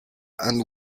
and